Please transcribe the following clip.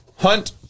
Hunt